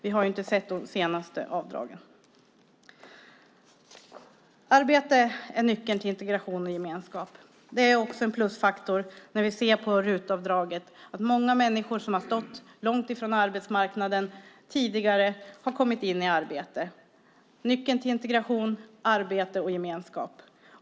Vi har inte sett de senaste avdragen. Arbete är nyckeln till integration och gemenskap. Arbete är också en plusfaktor när vi tittar på RUT-avdraget. Många människor som tidigare har stått långt från arbetsmarknaden har kommit in i arbete. Detta är nyckeln till integration, arbete och gemenskap.